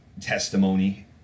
testimony